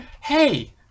Hey